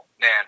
man